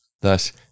Thus